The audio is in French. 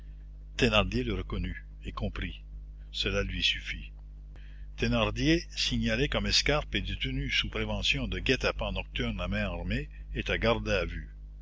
le reconnut et comprit cela lui suffit thénardier signalé comme escarpe et détenu sous prévention de guet-apens nocturne à main armée était gardé à vue